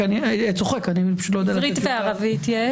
לומר.